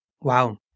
Wow